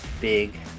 big